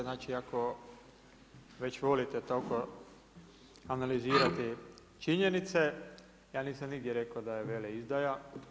Znači ako već volite toliko analizirati činjenice, ja nisam nigdje rekao da je veleizdaja.